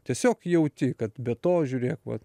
tiesiog jauti kad be to žiūrėk va